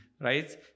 right